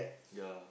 ya